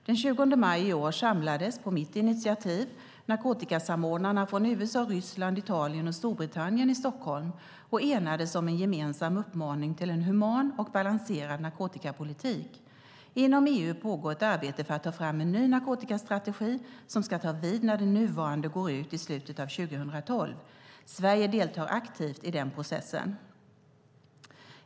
Den 20 maj i år samlades, på mitt initiativ, narkotikasamordnarna från USA, Ryssland, Italien och Storbritannien i Stockholm och enades om en gemensam uppmaning till en human och balanserad narkotikapolitik. Inom EU pågår ett arbete för att ta fram en ny narkotikastrategi som ska ta vid när den nuvarande går ut i slutet av 2012. Sverige deltar aktivt i den processen.